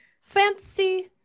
fancy